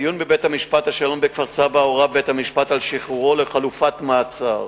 בדיון בבית-משפט השלום בכפר-סבא הורה בית-המשפט על שחרורו לחלופת מעצר